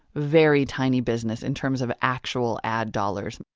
very tiny business in terms of actual ad dollars.